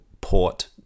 port